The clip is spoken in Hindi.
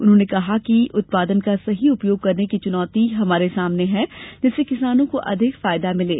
उन्होंने कहा कि उत्पादन का सही उपयोग करने की चुनौती हमारे सामने है जिससे किसानों को अधिक फायदा मिले